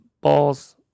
balls